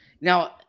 now